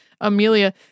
Amelia